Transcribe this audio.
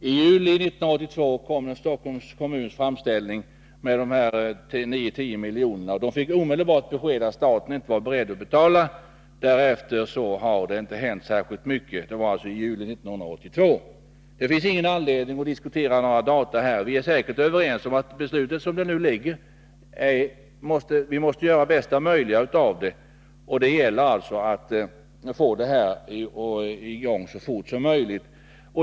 I juli 1982 kom Stockholms kommuns framställning om 9-10 miljoner. Kommunen fick omedelbart besked om att staten inte var beredd att betala. Därefter har det inte hänt särskilt mycket — alltså sedan juli 1982. Det finns ingen anledning att diskutera några data här. Vi är säkert överens omatt vi måste göra bästa möjliga av det beslut som är fattat. Det gäller alltså att få det hela i gång så fort som möjligt.